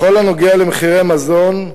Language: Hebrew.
בכל הנוגע למחירי מזון,